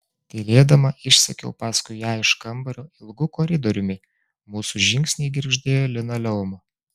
tylėdama išsekiau paskui ją iš kambario ilgu koridoriumi mūsų žingsniai girgždėjo linoleumu